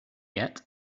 yet